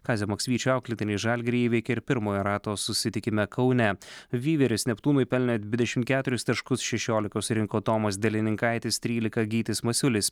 kazio maksvyčio auklėtiniai žalgirį įveikė ir pirmojo rato susitikime kaune vyveris neptūnui pelnė dvidešim keturis taškus šešiolika surinko tomas delininkaitis trylika gytis masiulis